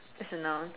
that's a noun